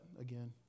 again